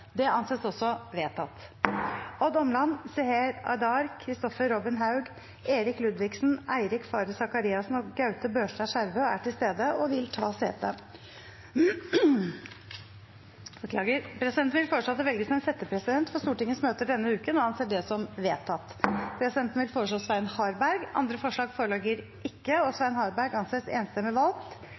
Odd Omland, Seher Aydar, Kristoffer Robin Haug, Erik Ludvigsen, Eirik Faret Sakariassen og Gaute Børstad Skjervø er til stede og vil ta sete. Presidenten vil foreslå at det velges en settepresident for Stortingets møter denne uken. – Det anses vedtatt. Presidenten vil foreslå Svein Harberg. – Andre forslag foreligger ikke, og Svein Harberg anses enstemmig valgt